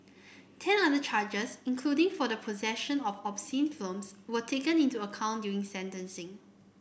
ten other charges including for the possession of obscene films were taken into account during sentencing